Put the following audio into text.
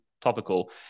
topical